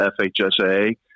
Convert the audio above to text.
FHSA